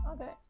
Okay